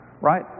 right